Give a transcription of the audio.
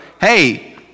hey